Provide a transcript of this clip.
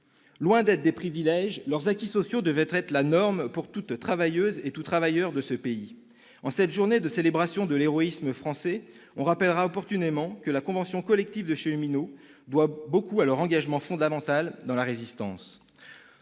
Loin d'être des privilèges, leurs acquis sociaux devraient être la norme pour toute travailleuse et tout travailleur de ce pays. En cette journée de célébration de l'héroïsme français, on rappellera opportunément que la convention collective des cheminots doit beaucoup à leur engagement fondamental dans la Résistance.